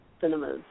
Cinemas